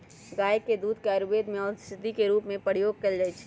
गाय के दूध के आयुर्वेद में औषधि के रूप में प्रयोग कएल जाइ छइ